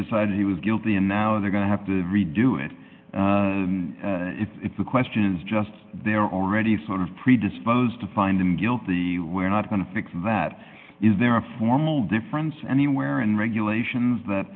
decided he was guilty and now they're going to have to redo it it's the questions just they're already sort of predisposed to find him guilty we're not going to fix that is there a formal difference anywhere and regulations that